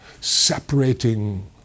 separating